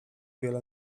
wiele